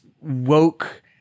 woke